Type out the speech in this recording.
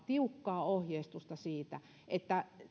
tiukkaa ohjeistusta siitä että